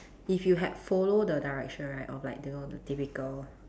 if you had follow the direction right of like the the typical